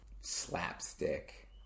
Slapstick